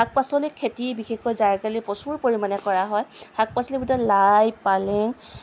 শাক পাচলিৰ খেতি বিশেষকৈ জাৰকালি প্ৰচুৰ পৰিমাণে কৰা হয় শাক পাচলিৰ ভিতৰত লাই পালেং